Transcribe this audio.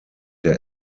der